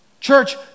Church